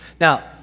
now